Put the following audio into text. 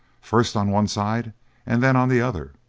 first on one side and then on the other,